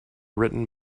written